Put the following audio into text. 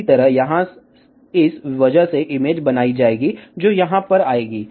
इसी तरह यहाँ इस वजह से इमेज बनाई जाएगी जो यहाँ पर आएगी